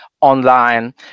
online